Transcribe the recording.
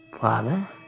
Father